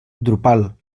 drupal